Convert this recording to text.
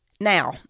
Now